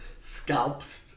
scalped